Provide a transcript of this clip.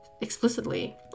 explicitly